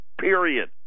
period